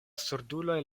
surduloj